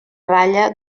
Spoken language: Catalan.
ratlla